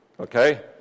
Okay